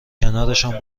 کنارشان